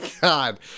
God